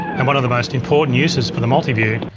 and one of the most important uses for the multiview,